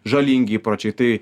žalingi įpročiai tai